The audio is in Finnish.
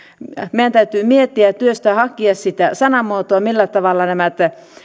meidän täytyy miettiä ja työstää hakea sitä sanamuotoa millä tavalla nämä